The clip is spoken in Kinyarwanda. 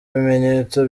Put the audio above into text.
bimenyetso